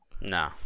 No